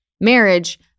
marriage